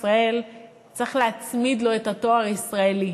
ישראל צריך להצמיד לו את התואר "ישראלי".